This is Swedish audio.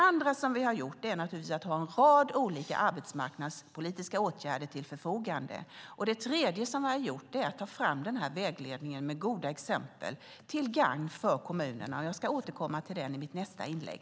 Annat vi har gjort är att ställa en rad olika arbetsmarknadspolitiska åtgärder till förfogande och att ta fram vägledningen med goda exempel till gagn för kommunerna. Jag återkommer till det i nästa inlägg.